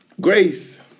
Grace